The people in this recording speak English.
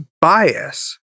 bias